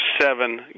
seven